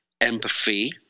empathy